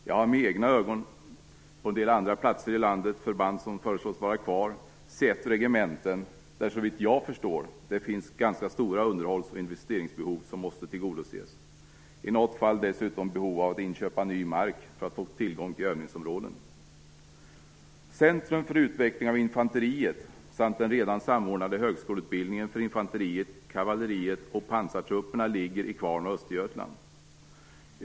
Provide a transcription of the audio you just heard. Jag har med egna ögon sett förband på en del andra platser i landet som förslås vara kvar där det såvitt jag förstår finns ganska stora underhålls och investeringsbehov som måste tillgodoses. I något fall finns det t.o.m. behov av inköp av ny mark för att man skall få tillgång till övningsområden. Centrum för utveckling av infanteriet samt den redan samordnade högskoleutbildningen för infanteriet, kavalleriet och pansartrupperna ligger i Kvarn och Östergötland.